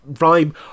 rhyme